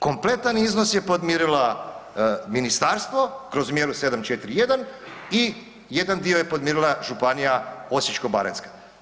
Kompletan iznos je podmirila ministarstvo kroz mjeru 741 i jedan dio je podmirila županija Osječko-baranjska.